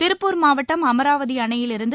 திருப்பூர் மாவட்டம் அமராவதி அணையிலிருந்து